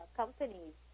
companies